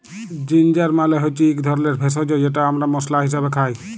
ginger মালে হচ্যে ইক ধরলের ভেষজ যেট আমরা মশলা হিসাবে খাই